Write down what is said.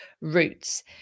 roots